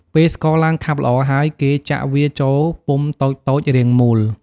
ពេលស្ករឡើងខាប់ល្អហើយ គេចាក់វាចូលពុំតូចៗរាងមូល។